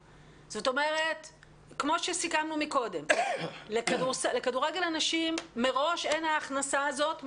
אז זה כמו שסיכמנו קודם: לכדורגל הנשים מראש אין ההכנסה הזאת,